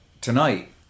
tonight